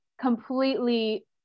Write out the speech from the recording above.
completely